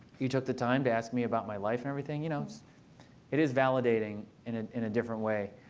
who took the time to ask me about my life and everything. you know it is validating in in a different way.